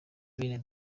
bene